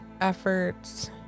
efforts